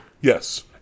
Yes